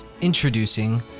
Introducing